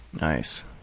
Nice